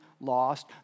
lost